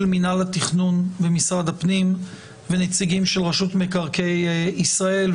מנהל התכנון במשרד הפנים ונציגים של רשות מקרקעי ישראל,